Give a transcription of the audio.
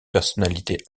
personnalités